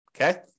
Okay